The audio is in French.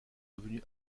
devenu